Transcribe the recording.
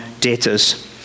debtors